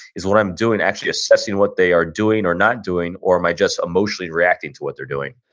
is what i'm doing actually assessing what they are doing or not doing, or am i just emotionally reacting to what they're doing?